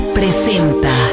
presenta